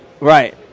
Right